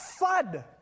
Fud